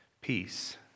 peace